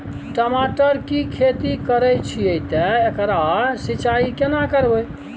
टमाटर की खेती करे छिये ते एकरा सिंचाई केना करबै?